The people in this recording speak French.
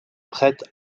prête